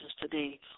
today